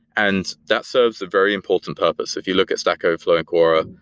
and that serves a very important purpose. if you look at stack overflow and quora,